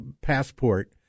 passport